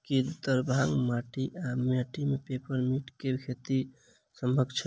की दरभंगाक माटि वा माटि मे पेपर मिंट केँ खेती सम्भव छैक?